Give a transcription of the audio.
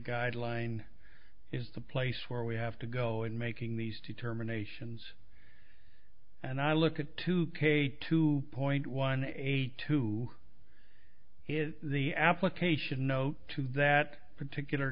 guideline is the place where we have to go in making these determinations and i look at two k two point one eight who is the application note to that particular